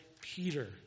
Peter